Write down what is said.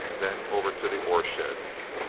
then over to the ore sheds.